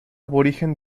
aborigen